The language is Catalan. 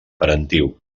parentiu